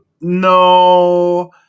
No